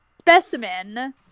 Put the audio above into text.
specimen